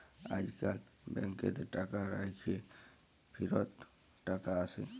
আইজকাল ব্যাংকেতে টাকা রাইখ্যে ফিরত টাকা আসে